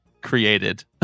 created